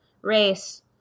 race